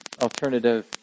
alternative